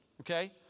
okay